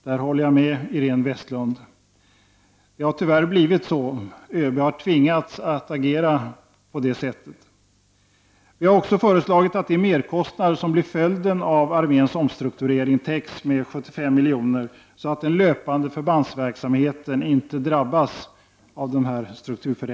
Det håller jag med Iréne Vestlund om. Det har tyvärr blivit så. ÖB har tvingats agera på detta sätt. Vi har också föreslagit att de merkostnader som blir följden av arméns omstrukturering skall täckas med 75 milj.kr., så att den löpande förbandsverksamheten inte drabbas.